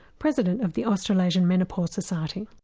president of the australasian menopause society.